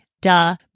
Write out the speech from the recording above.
duh